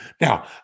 Now